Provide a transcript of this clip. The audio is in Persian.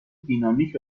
دینامیک